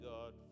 God